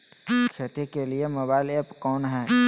खेती के लिए मोबाइल ऐप कौन है?